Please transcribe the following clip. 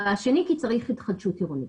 והשני, כי צריך התחדשות עירונית.